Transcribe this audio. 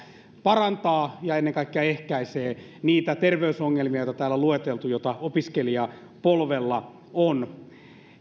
parantaa ja ennen kaikkea ehkäisee niitä terveysongelmia joita täällä on lueteltu joita opiskelijapolvella on